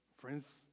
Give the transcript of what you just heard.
Friends